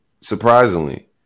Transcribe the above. Surprisingly